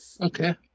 Okay